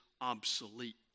obsolete